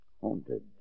haunted